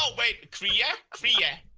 ah wait, krea, yeah krea. yeah